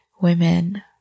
women